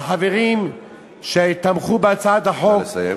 החברים שתמכו בהצעת החוק, נא לסיים.